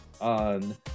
on